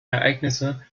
ereignisse